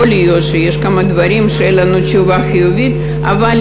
יכול להיות שיש כמה דברים שאין לנו תשובה חיובית בהם,